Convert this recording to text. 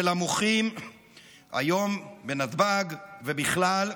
ולמוחים היום בנתב"ג ובכלל.